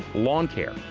lawn care,